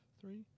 three